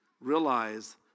Realize